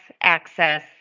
access